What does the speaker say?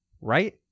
right